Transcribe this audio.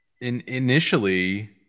initially